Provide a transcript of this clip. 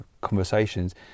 conversations